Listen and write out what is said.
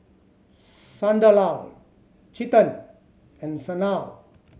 Sunderlal Chetan and Sanal